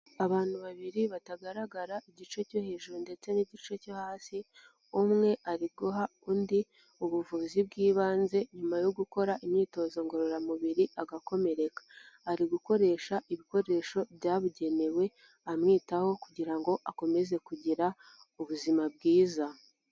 Abantu babiri batagaragara igice cyo hejuru ndetse n'igice cyo hasi, umwe ari guha undi ubuvuzi bw'ibanze, nyuma yo gukora imyitozo ngororamubiri agakomereka. Ari gukoresha ibikoresho byabugenewe amwitaho kugira ngo akomeze kugira ubuzima bwiza.